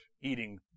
eating